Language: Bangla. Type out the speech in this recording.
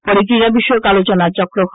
পরে ক্রীড়া বিষয়ক আলোচনাচক্র হয়